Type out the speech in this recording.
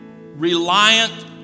reliant